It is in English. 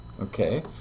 Okay